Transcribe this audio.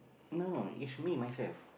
no is me myself